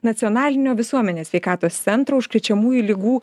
nacionalinio visuomenės sveikatos centro užkrečiamųjų ligų